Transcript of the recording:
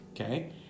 Okay